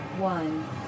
One